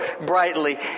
brightly